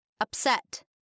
Upset